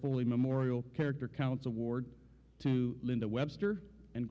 foley memorial character counts award to linda webster and